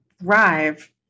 thrive